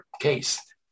case